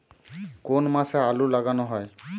কোন মাসে আলু লাগানো হয়?